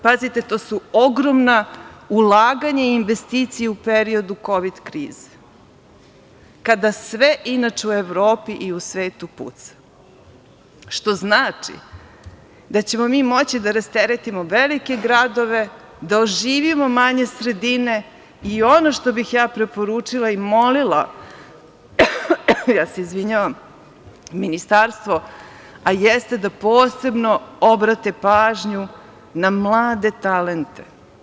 Pazite, to su ogromna ulaganja i investicije u periodu Kovid krize, kada sve u Evropi i u svetu puca, što znači da ćemo mi moći da rasteretimo velike gradove, da oživimo manje sredine i ono što bih ja preporučila i molila ministarstvo, a jeste da posebno obrate pažnju na mlade talente.